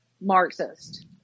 Marxist